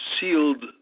sealed